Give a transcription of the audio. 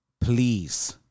please